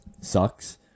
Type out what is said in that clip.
sucks